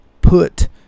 put